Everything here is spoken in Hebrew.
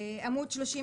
עמוד 35